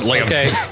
Okay